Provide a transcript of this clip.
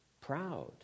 proud